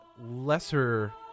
lesser